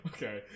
Okay